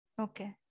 Okay